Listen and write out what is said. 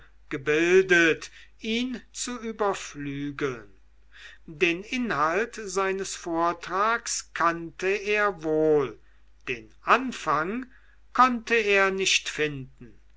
gebildet ihn zu überflügeln den inhalt seines vortrags kannte er wohl den anfang konnte er nicht finden